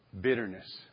Bitterness